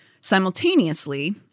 Simultaneously